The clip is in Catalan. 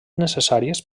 necessàries